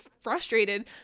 frustrated